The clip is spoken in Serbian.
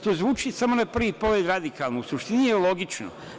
To zvuči samo na prvi pogled radikalno, u suštini je logično.